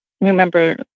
remember